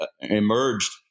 emerged